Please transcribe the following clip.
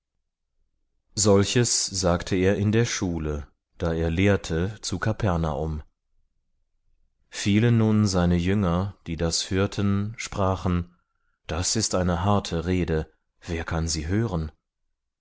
solches sagte er in der schule da er lehrte zu kapernaum viele nun seine jünger die das hörten sprachen das ist eine harte rede wer kann sie hören